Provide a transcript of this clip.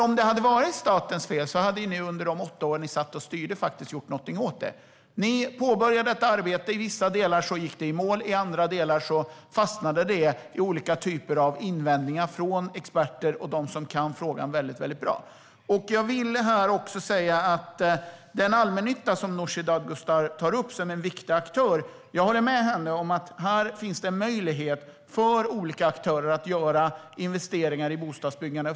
Om det hade varit statens fel hade ni under de åtta år ni satt och styrde faktiskt gjort någonting åt det. Ni påbörjade ett arbete. I vissa delar gick det i mål, i andra delar fastnade det i olika typer av invändningar från experter och andra som kan frågan väldigt bra. Nooshi Dadgostar tar upp allmännyttan som en viktig aktör. Jag håller med henne om att det finns en möjlighet här för olika aktörer att göra investeringar i bostadsbyggande.